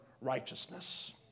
righteousness